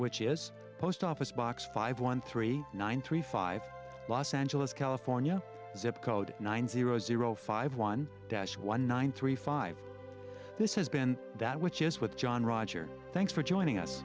which is post office box five one three nine three five los angeles california zip code nine zero zero five one dash one nine three five this has been that which is with john roger thanks for joining us